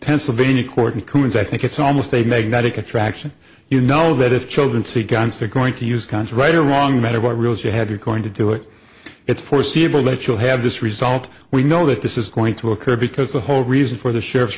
pennsylvania court koons i think it's almost a magnetic attraction you know that if children see guns they're going to use cons right or wrong matter what rules you have you're going to do it it's foreseeable that you'll have this result we know that this is going to occur because the whole reason for the sheriff's